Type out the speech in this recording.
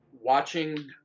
watching